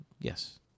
Yes